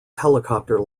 helicopter